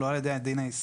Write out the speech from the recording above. ולא על ידי הדין הישראלי,